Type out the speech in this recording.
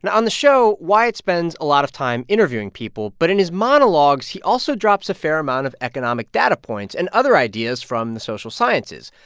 on the show, wyatt spends a lot of time interviewing people. but in his monologues, he also drops a fair amount of economic data points and other ideas from the social sciences.